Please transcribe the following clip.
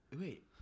Wait